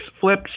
flips